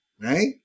right